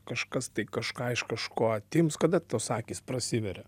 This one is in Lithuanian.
kažkas kažką iš kažko atims kada tos akys prasiveria